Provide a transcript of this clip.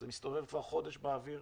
זה מסתובב כבר חודש באוויר,